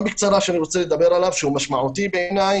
שאני גם רוצה לדבר עליו בקצרה ושהוא משמעותי בעיניי,